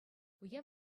уяв